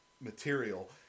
material